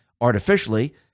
artificially